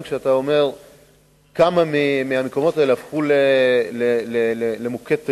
כשאתה אומר שכמה מהמקומות האלה הפכו למוקד תיירותי.